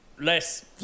less